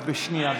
את בשנייה.